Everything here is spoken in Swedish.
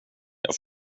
jag